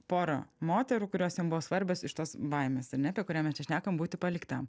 porą moterų kurios jam buvo svarbios iš tos baimės ar ne apie kurią mes čia šnekam būti paliktam